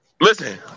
Listen